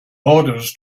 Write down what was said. orders